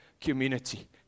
community